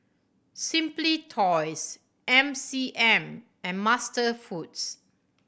Simply Toys M C M and MasterFoods